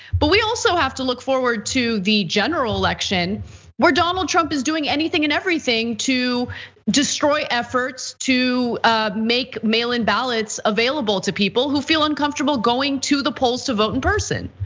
but we also have to look forward to the general election where donald trump is doing anything and everything. to destroy efforts to make mail-in ballots available to people who feel uncomfortable going to the polls to vote in person.